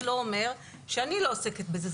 זה לא אומר שאני אל עוסקת בזה,